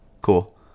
Cool